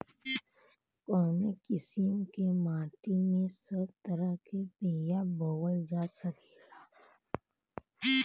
कवने किसीम के माटी में सब तरह के बिया बोवल जा सकेला?